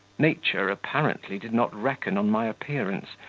nature, apparently, did not reckon on my appearance,